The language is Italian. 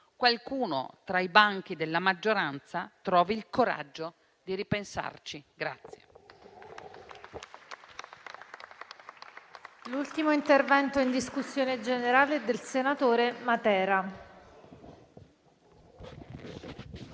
qualcuno tra i banchi della maggioranza trovi il coraggio di ripensarci.